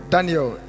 Daniel